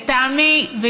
לטעמי,